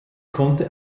konnte